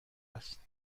است